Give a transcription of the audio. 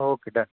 okay done